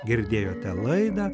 girdėjote laidą